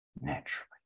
naturally